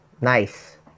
nice